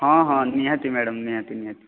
ହଁ ହଁ ନିହାତି ମ୍ୟାଡ଼ାମ ନିହାତି ନିହାତି